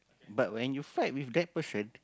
but when you fight with that person